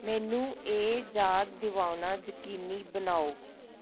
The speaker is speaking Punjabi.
ਮੈਨੂੰ ਇਹ ਯਾਦ ਦਵਾਉਣਾ ਯਕੀਨੀ ਬਣਾਓ